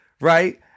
right